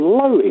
low